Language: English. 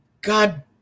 god